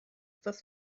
das